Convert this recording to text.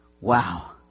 Wow